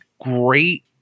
great